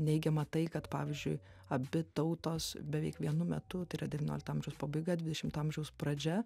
neigiama tai kad pavyzdžiui abi tautos beveik vienu metu tai yra devyniolikto amžiaus pabaiga dvidešimto amžiaus pradžia